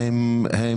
הם